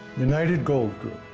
united gold group,